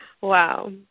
wow